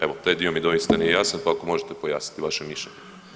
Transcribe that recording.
Evo taj dio mi doista nije jasan, pa ako možete pojasniti vaše mišljenje.